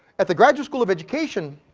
at the graduation school of education